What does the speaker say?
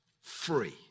free